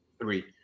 three